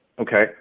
Okay